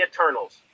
Eternals